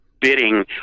bidding